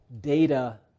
data